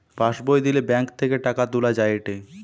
pass বই দিলে bank থেকে টাকা তুলা যায়েটে